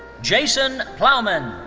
jason plowman.